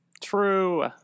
True